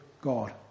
God